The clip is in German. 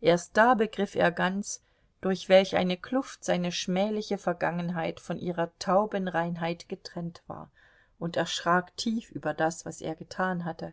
erst da begriff er ganz durch welch eine kluft seine schmähliche vergangenheit von ihrer taubenreinheit getrennt war und erschrak tief über das was er getan hatte